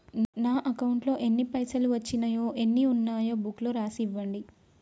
నా అకౌంట్లో ఎన్ని పైసలు వచ్చినాయో ఎన్ని ఉన్నాయో బుక్ లో రాసి ఇవ్వండి?